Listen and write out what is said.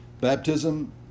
Baptism